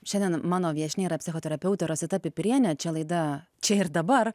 šiandien mano viešnia yra psichoterapeutė rosita pipirienė čia laida čia ir dabar